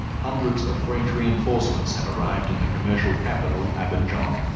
hundreds of french reinforcements have arrived in the commercial capital, abidjan.